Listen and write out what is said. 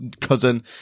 cousin